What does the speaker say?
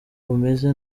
bumeze